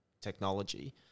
technology